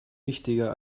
wichtiger